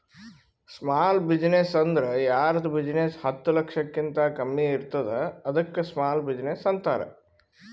small business ಅಂದುರ್ ಯಾರ್ದ್ business ಹತ್ತ ಲಕ್ಷಕಿಂತಾ ಕಮ್ಮಿ ಇರ್ತುದ್ ಅದ್ದುಕ ಸ್ಮಾಲ್ ಬಿಜಿನೆಸ್ ಅಂತಾರ